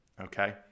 okay